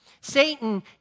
Satan